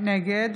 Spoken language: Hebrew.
נגד